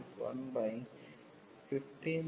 5